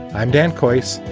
i'm dan coifs.